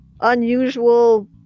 unusual